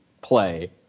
play